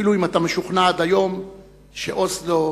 אפילו אם אתה משוכנע עד היום שהסכם אוסלו